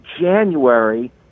January